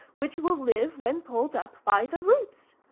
which will live when pulled up by the roots.